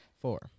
Four